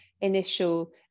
initial